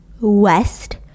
West